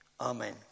Amen